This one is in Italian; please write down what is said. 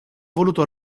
voluto